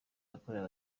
yakorewe